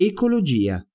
Ecologia